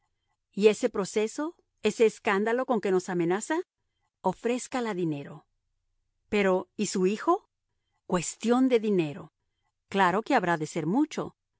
y ese proceso ese escándalo con que nos amenaza ofrézcala dinero pero y su hijo cuestión de dinero claro que habrá de ser mucho